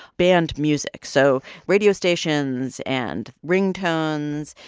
banned music so radio stations and ringtones.